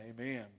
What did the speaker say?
amen